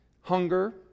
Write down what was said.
hunger